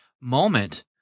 moment